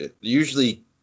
usually